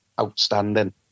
outstanding